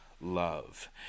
love